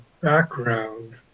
background